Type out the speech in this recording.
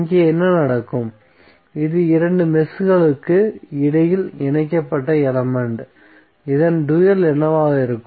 இங்கே என்ன நடக்கும் இது இரண்டு மெஷ்களுக்கு இடையில் இணைக்கப்பட்ட எலமெண்ட் இதன் டூயல் என்னவாக இருக்கும்